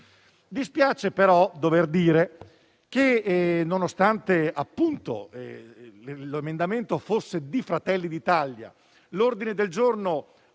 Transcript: Dispiace, però, dover dire che, nonostante l'emendamento fosse di Fratelli d'Italia, nonostante l'ordine del giorno